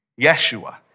Yeshua